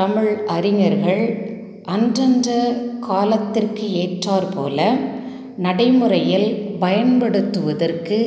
தமிழ் அறிஞர்கள் அந்தந்த காலத்திற்கு ஏற்றார் போல் நடைமுறையில் பயன்படுத்துவதற்கு